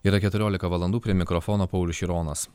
yra keturiolika valandų prie mikrofono paulius šironas